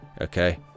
okay